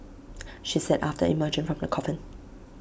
she said after emerging from the coffin